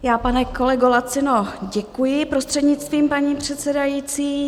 Já, pane kolego Lacino, děkuji, prostřednictvím paní předsedající.